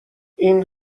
این